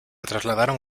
trasladaron